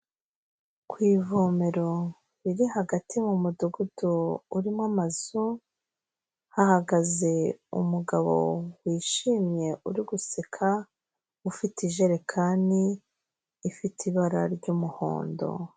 Ku ivomero riri hagati mu mudugudu urimo amazu, hahagaze umugabo wishimye uri guseka, ufite ijerekani ifite ibara ry'umuhondo.